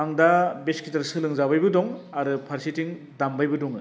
आं दा bass guitar सोलोंजाबायबो दं आरो फारसेथिं दामबायबो दङो